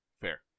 fair